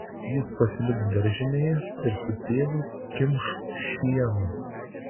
jis pasiliks daržinėje ir su tėvu kimš šieną